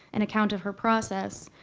an account of her process,